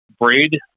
braid